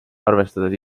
arvestades